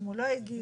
אם לא הגיש.